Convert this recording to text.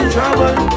Trouble